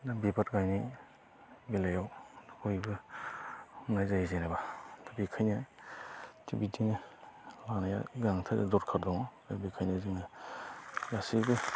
बिबार गायनाय बेलायाव बयबो मावनाय जायो जेनेबा बेखायनो थिग बिदिनो लानाया दरखाद दङ बेखायनो जोङो गासैबो